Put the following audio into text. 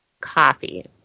coffee